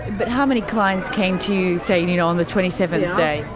but how many clients came to you, say, and you know on the twenty seventh day?